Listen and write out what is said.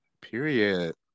Period